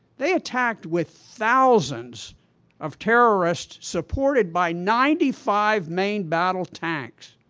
they attacked with thousands of terrorists, supported by ninety five main battle tanks.